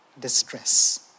distress